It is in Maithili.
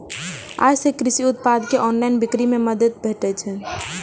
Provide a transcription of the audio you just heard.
अय सं कृषि उत्पाद के ऑनलाइन बिक्री मे मदति भेटतै